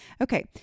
Okay